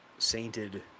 sainted